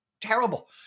terrible